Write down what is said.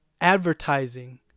advertising